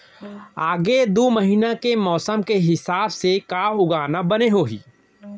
आगे दू महीना के मौसम के हिसाब से का उगाना बने होही?